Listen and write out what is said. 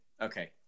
Okay